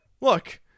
Look